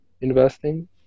investing